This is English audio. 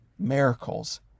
miracles